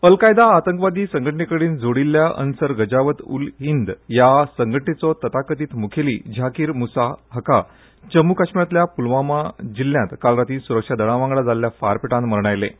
अल Qaeda आतंकवादी संघटणे कडेन जोडिल्ल्या अंसर गझावत उल हिंद ह्या संघटणेचो तथाकथीत मुखेली झाकीर मुसा जम्मू काश्मीरांतल्या पुलवामा जिल्ल्यांत काल राती सुरक्षा दळा वांगडा जाल्ल्या फारपेटांत मरण आयलें